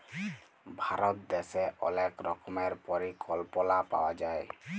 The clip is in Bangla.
ভারত দ্যাশে অলেক রকমের পরিকল্পলা পাওয়া যায়